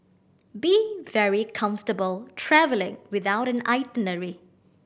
be very comfortable travelling without an itinerary